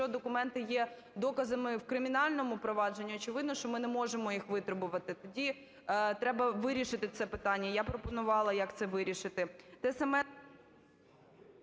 документи є доказами в кримінальному провадженні, очевидно, що ми не можемо їх витребувати, тоді треба вирішити це питання. Я пропонувала як це вирішити.